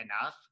enough